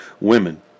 women